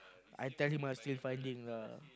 I tell him ah still finding lah